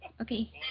Okay